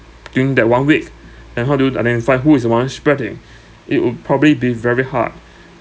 during that one week then how do you identify who is the one spreading it will probably be very hard